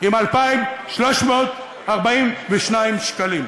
עם 2,342 שקלים.